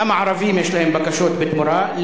גם ערבים יש להם בקשות בתמורה.